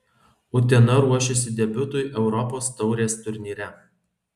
utena ruošiasi debiutui europos taurės turnyre